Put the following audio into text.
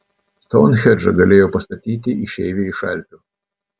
stounhendžą galėjo pastatyti išeiviai iš alpių